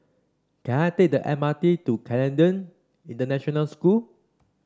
can I take the M R T to Canadian International School